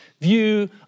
view